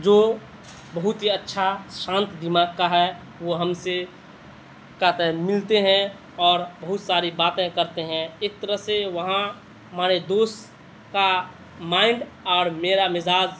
جو بہت ہی اچھا شانت دماغ کا ہے وہ ہم سے کا ملتے ہیں اور بہت ساری باتیں کرتے ہیں ایک طرح سے وہاں ہمارے دوست کا مائنڈ اور میرا مزاج